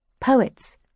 poets